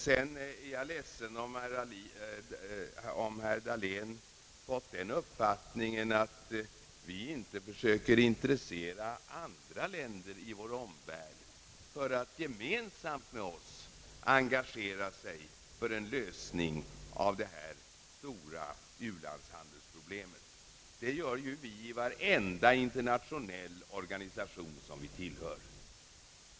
Sedan är jag ledsen om herr Dahlén fått den uppfattningen att vi inte försöker intressera andra länder i vår omvärld för att gemensamt med oss engagera sig för en lösning av det stora u-landshandelsproblemet. Det gör vi ju i varenda internationell organisation som vi tillhör.